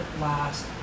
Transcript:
last